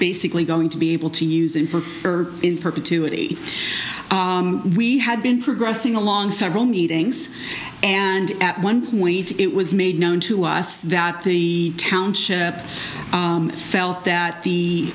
basically going to be able to use them for in perpetuity we had been progressing along several meetings and at one point it was made known to us that the township felt that the